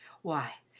why,